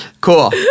Cool